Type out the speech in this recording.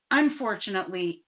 unfortunately